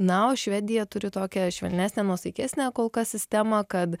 na o švedija turi tokią švelnesnę nuosaikesnę kol kas sistema kad